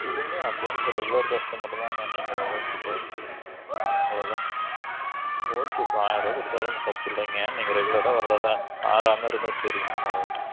கொடுங்க advance regular customer தாங்க நீங்கள் எவ்வளோ கொடுத்தாலும் சரிங்க அவ்வளோதான் ஓகே இப்போ ஆயர ரூபா கொடுத்தாலும் தப்பு இல்லைங்க நீங்கள் ரெகுலராக வரதுதானே மாறாமல் இருந்தால் சரிங்க அவ்வளோதான்